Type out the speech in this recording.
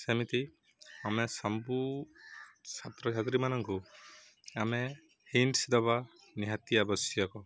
ସେମିତି ଆମେ ସବୁ ଛାତ୍ରଛାତ୍ରୀମାନଙ୍କୁ ଆମେ ହିଣ୍ଟସ୍ ଦବା ନିହାତି ଆବଶ୍ୟକ